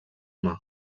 humà